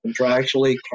Contractually